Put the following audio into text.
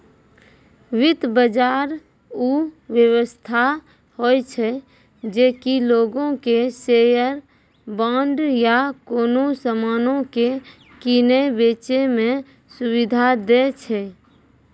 वित्त बजार उ व्यवस्था होय छै जे कि लोगो के शेयर, बांड या कोनो समानो के किनै बेचै मे सुविधा दै छै